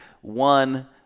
one